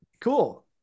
cool